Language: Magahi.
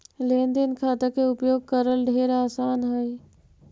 लेन देन खाता के उपयोग करल ढेर आसान हई